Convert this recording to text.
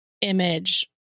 image